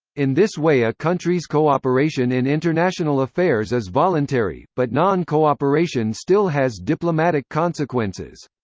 in this way a countries cooperation in international affairs is voluntary, but non-cooperation still has diplomatic consequences.